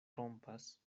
trompas